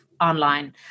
online